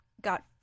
got